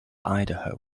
idaho